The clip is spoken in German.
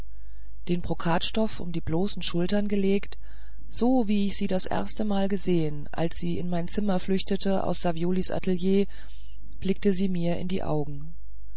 den brokatstoff um die bloßen schultern gelegt so wie ich sie das erste mal gesehen als sie in mein zimmer flüchtete aus saviolis atelier blickte sie mir in die augen